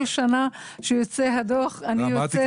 אמרתי,